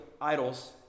idols